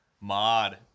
mod